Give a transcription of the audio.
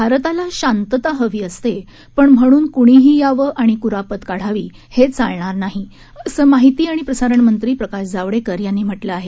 भारताला शांतता हवी असते पण म्हणून कुणीही यावं आणि कुरापत काढावी हे चालणार नाही असं माहिती आणि प्रसारण मंत्री प्रकाश जावडेकर यांनी म्हटलं आहे